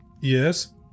Yes